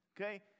Okay